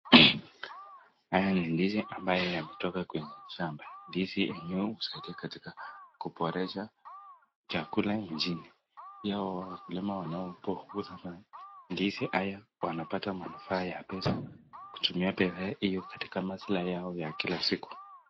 Haya ni ndizi ambayo yametoka kwenye shamba. Ndizi yenyewe husaidia katika kuboresha chakula nchini pia wakulima wanapouza mandizi haya wanapata manufaa ya pesa kutumia pesa hiyo katika masilahi yao ya kila siku.